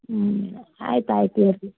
ಹ್ಞೂ ಆಯ್ತು ಆಯ್ತು